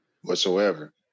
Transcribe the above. whatsoever